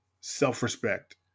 self-respect